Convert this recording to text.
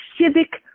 civic